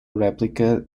replica